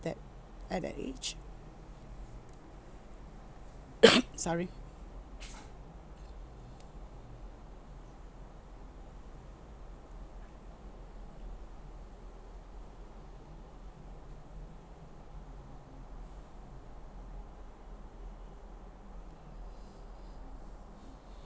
that at that age sorry